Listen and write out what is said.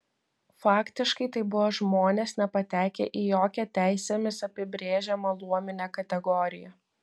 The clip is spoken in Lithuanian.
faktiškai tai buvo žmonės nepatekę į jokią teisėmis apibrėžiamą luominę kategoriją